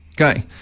Okay